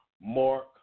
Mark